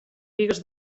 bigues